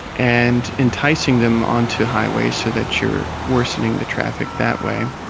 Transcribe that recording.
and enticing them onto highways so that you're worsening the traffic that way,